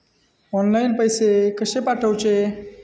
Online पैसे कशे पाठवचे?